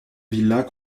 villas